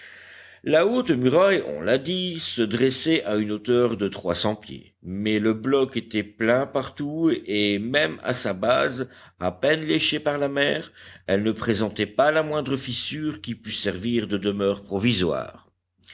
la haute muraille on l'a dit se dressait à une hauteur de trois cents pieds mais le bloc était plein partout et même à sa base à peine léchée par la mer elle ne présentait pas la moindre fissure qui pût servir de demeure provisoire